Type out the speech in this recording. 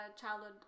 childhood